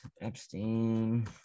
Epstein